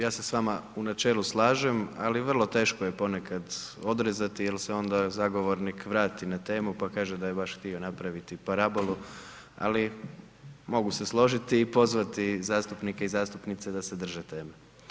Ja se s vama u načelu slažem, ali vrlo teško je ponekad odrezati jer se onda zagovornik vrati na temu pa kaže da je baš htio napraviti parabolu, ali mogu se složiti i pozvati zastupnike i zastupnice da se drže teme.